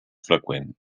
freqüent